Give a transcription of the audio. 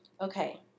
Okay